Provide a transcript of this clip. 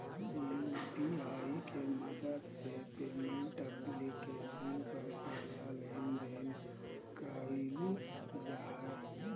UPI के मदद से पेमेंट एप्लीकेशन पर पैसा लेन देन कइल जा हइ